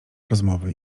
rozmowy